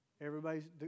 Everybody's